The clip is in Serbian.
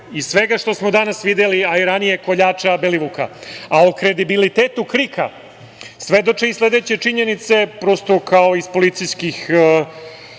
iz svega što smo danas videli, a i ranije, koljača Belivuka, a o kredibilitetu KRIK-a, svedoče i sledeće činjenice, prosto, kao iz policijskih